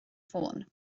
ffôn